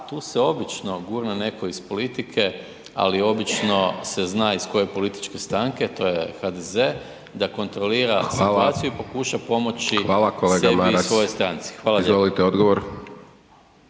tu se obično gurne neko iz politike ali obično se zna iz koje političke stranke, to je HDZ, da kontrolira situaciju i pokuša pomoći sebi i svojoj stranci, hvala lijepa. **Hajdaš